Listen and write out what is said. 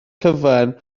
cyfan